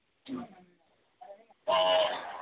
जी